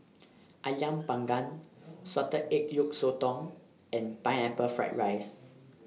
Ayam Panggang Salted Egg Yolk Sotong and Pineapple Fried Rice